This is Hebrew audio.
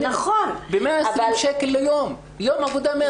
ב-120 שקל ליום עבודה.